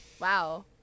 Wow